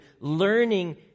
learning